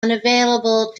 unavailable